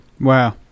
Wow